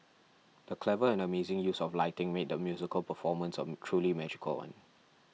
the clever and amazing use of lighting made the musical performance of truly magical one